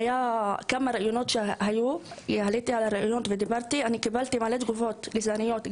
היו כמה ראיונות איתי שעלו וקיבלתי אליהן מלא תגובות גזעניות,